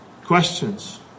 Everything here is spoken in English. questions